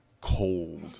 cold